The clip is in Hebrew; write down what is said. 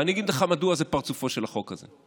ואני אגיד לך מדוע זה פרצופו של החוק הזה: